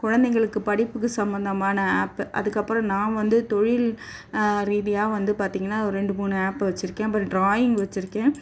குழந்தைங்களுக்கு படிப்புக்கு சம்மந்தமான ஆப்பு அதற்கப்பறம் நான் வந்து தொழில் ரீதியாக வந்து பார்த்தீங்கன்னா ஒரு ரெண்டு மூணு ஆப்பு வச்சுருக்கேன் அப்புறம் ட்ராயிங்க் வச்சுருக்கேன்